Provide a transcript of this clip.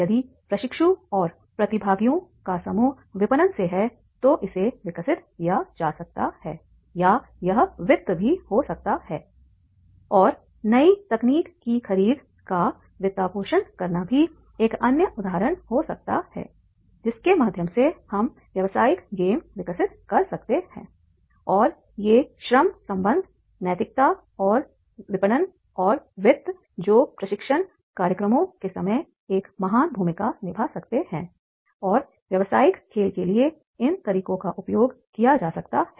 यदि प्रशिक्षु और प्रतिभागियों का समूह विपणन से है तो इसे विकसित किया जा सकता है या यह वित्त भी हो सकता है और नई तकनीक की खरीद का वित्तपोषण करना भी एक अन्य उदाहरण हो सकता है जिसके माध्यम से हम व्यावसायिक गेम विकसित कर सकते हैं और ये श्रम संबंध नैतिकता और विपणन और वित्त जो प्रशिक्षण कार्यक्रमों के समय एक महान भूमिका निभा सकते हैं और व्यावसायिक खेल के लिए इन तरीकों का उपयोग किया जा सकता है